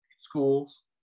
schools